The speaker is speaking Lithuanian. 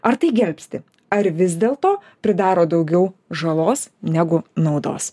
ar tai gelbsti ar vis dėlto pridaro daugiau žalos negu naudos